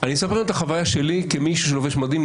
את החוויה שלי כמי שלובש מדים.